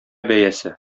бәясе